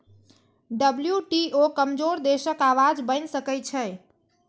WTO कमजोर देशक आवाज बनि सकै छै